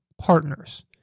Partners